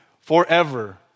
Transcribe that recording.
forever